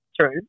true